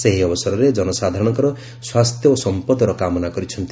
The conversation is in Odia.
ସେ ଏହି ଅବସରରେ ଜନସାଧାରଣଙ୍କର ସ୍କାସ୍ଥ୍ୟ ଓ ସମ୍ପଦର କାମନା କରିଛନ୍ତି